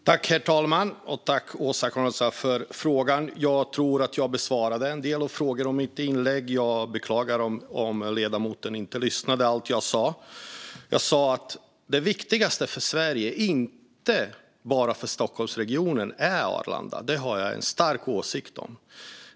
Herr talman! Tack, Åsa Coenraads, för frågorna! Jag tror att jag besvarade en del av dem i mitt inlägg och beklagar om ledamoten inte lyssnade till allt jag sa. Jag sa att det viktigaste för Sverige, inte bara för Stockholmsregionen, är Arlanda. Detta har jag en stark åsikt om.